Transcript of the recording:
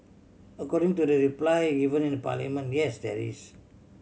according to the reply given in Parliament yes there is